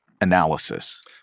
analysis